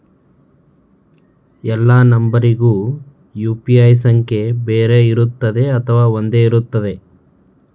ಎಲ್ಲಾ ನಂಬರಿಗೂ ಯು.ಪಿ.ಐ ಸಂಖ್ಯೆ ಬೇರೆ ಇರುತ್ತದೆ ಅಥವಾ ಒಂದೇ ಇರುತ್ತದೆ?